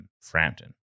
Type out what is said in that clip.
Frampton